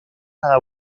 cada